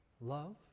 Love